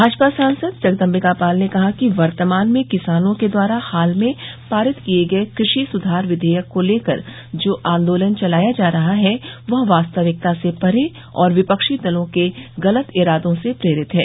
भाजपा सांसद जगदम्बिका पाल ने कहा है कि वर्तमान में किसानों के द्वारा हाल में पारित किये गये कृषि सुधार विधेयक को लेकर जो आन्दोलन चलाया जा रहा है वह वास्तविकता से परे और विपक्षी दलों के गलत इरादों से प्रेरित है